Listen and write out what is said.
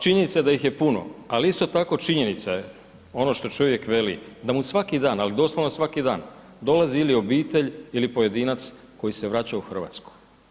Činjenica da ih je puno ali isto tako, činjenica je ono što čovjek veli da mu svaki dan ali doslovno svaki dan dolazi ili obitelj ili pojedinac koji se vraća u Hrvatsku.